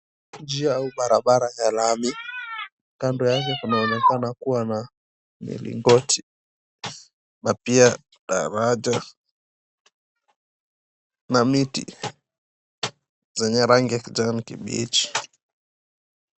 Njia au barabara ya lami, kando yake kunaonekana kua na mlingoti na pia daraja na miti zenye rangi ya kikani kibichi.